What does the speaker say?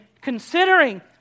considering